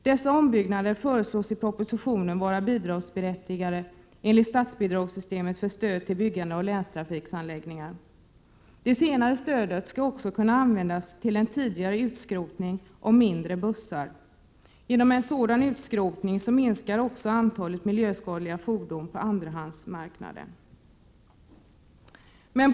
Dessa ombyggnader föreslås i propositionen vara bidragsberättigade enligt statsbidragssystemet för stöd till byggandet av länstrafikanläggningar. Det senare stödet skall också kunna användas till en tidigare utskrotning av mindre bussar. Genom en sådan utskrotning minskar också antalet miljöskadliga fordon på andrahandsmarknaden.